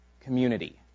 community